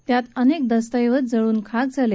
त्यात अनेक दस्तऐवज जळून खाक झाले